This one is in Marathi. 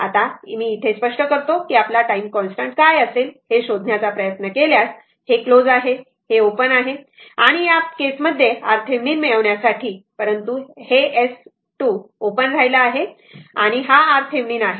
आता मी येथे हे स्पष्ट करतो की आपला टाईम कॉन्स्टंट काय असेल हे शोधण्याचा प्रयत्न केल्यास हे क्लोज आहे हे ओपन आहे आणि या प्रकरणात RThevenin मिळविण्यासाठी परंतु हे S 2 हे ओपन राहिला आहे हा RThevenin आहे